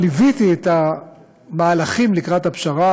אבל ליוויתי את המהלכים לקראת הפשרה